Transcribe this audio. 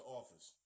office